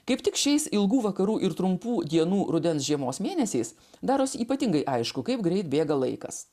kaip tik šiais ilgų vakarų ir trumpų dienų rudens žiemos mėnesiais darosi ypatingai aišku kaip greit bėga laikas